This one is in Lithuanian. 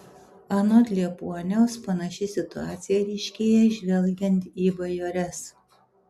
anot liepuoniaus panaši situacija ryškėja žvelgiant į bajores